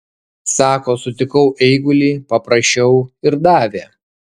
sako sutikau eigulį paprašiau ir davė